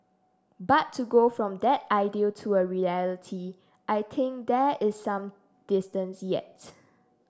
but to go from that ideal to a reality I think there is some distance yet